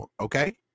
Okay